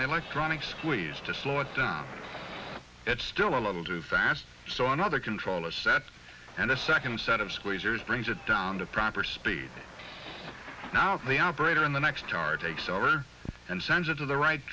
an electronic squeeze to slow it down it's still a little too fast so another controller set and a second set of squeezers brings it down to proper speed not the operator in the next tard takes over and sends it to the right